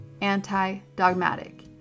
anti-dogmatic